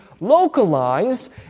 localized